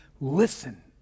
listen